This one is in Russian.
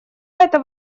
эта